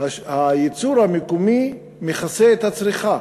הייצור המקומי מכסה את הצריכה.